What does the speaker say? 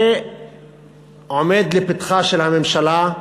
זה עומד לפתחה של הממשלה,